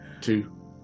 Two